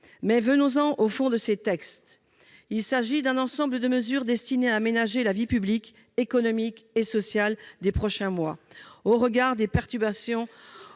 Venons-en au fond des textes présentés. Il s'agit d'un ensemble de mesures destinées à aménager la vie publique, économique et sociale des prochains mois, au regard des perturbations